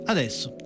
Adesso